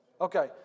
Okay